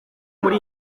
muri